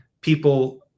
people